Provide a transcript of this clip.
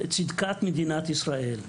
צדקת מדינת ישראל.